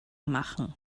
machen